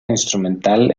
instrumental